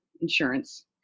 insurance